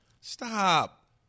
Stop